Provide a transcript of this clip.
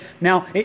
now